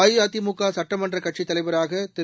அஇஅதிமுக சட்டமன்ற கட்சித்தலைவராக திரு